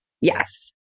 Yes